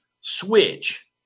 switch